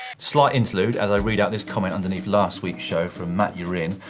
slight interlude, as i read out this comment underneath last week's show, from matyourin.